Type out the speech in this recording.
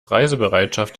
reisebereitschaft